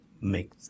make